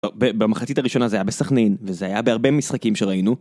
במחצית הראשונה זה היה בסכנין, וזה היה בהרבה משחקים שראינו.